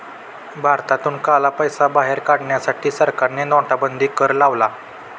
भारतातून काळा पैसा बाहेर काढण्यासाठी सरकारने नोटाबंदी कर लावला